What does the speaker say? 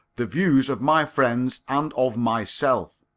the views of my friends and of myself.